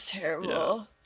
terrible